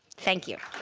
thank you.